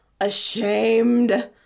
ashamed